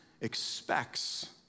expects